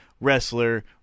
wrestler